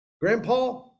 grandpa